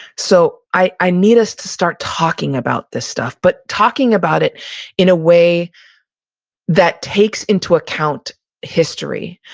so, i i need us to start talking about this stuff, but talking about it in a way that takes into account history,